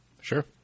Sure